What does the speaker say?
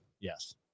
yes